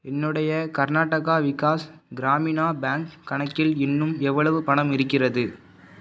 என்னுடைய கர்நாடகா விகாஸ் கிராமின் பேங்க் கணக்கில் இன்னும் எவ்வளவு பணம் இருக்கிறது